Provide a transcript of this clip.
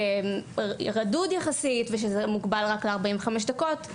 רדוד יחסית ושזה מוגבל רק ל-45 דקות,